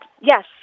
Yes